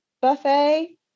buffet